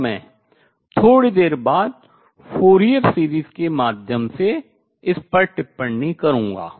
और मैं थोड़ी देर बाद Fourier series फूरियर श्रृंखला के माध्यम से इस पर टिप्पणी करूंगा